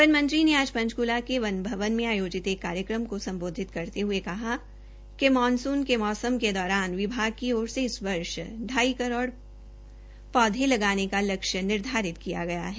one मंत्री ने आज पंचक्ला के वन भवन में आयोजित एक कार्यक्रम को सम्बोधित करते कहा कि मानसून सीजन के दौरान विभाग की ओर से इस वर्ष आई हये करोड़ पौधे लगाने का लक्ष्य निर्धारित किया गया है